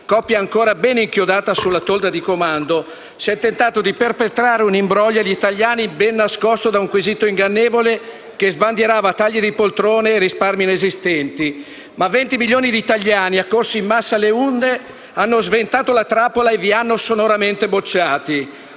coppia ancora ben inchiodata sulla tolda di comando, si è tentato di perpetrare un imbroglio agli italiani, ben nascosto da un quesito ingannevole che sbandierava tagli di poltrone e risparmi inesistenti, ma 20 milioni di italiani, accorsi in massa alle urne, hanno sventato la trappola e vi hanno sonoramente bocciati.